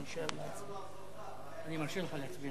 אני מברך את אדוני